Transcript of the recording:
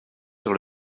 sur